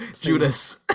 Judas